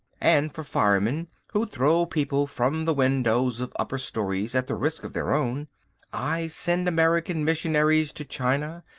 and for firemen who throw people from the windows of upper stories at the risk of their own i send american missionaries to china,